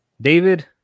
David